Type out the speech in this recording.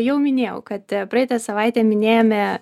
jau minėjau kad praeitą savaitę minėjome